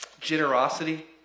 Generosity